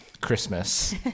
Christmas